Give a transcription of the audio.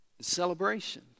celebration